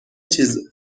چیز